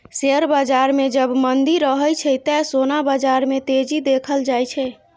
share बाजार मे जब मंदी रहै छै, ते सोना बाजार मे तेजी देखल जाए छै